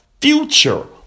future